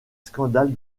scandale